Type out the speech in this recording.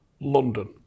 London